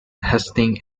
hastings